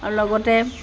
আৰু লগতে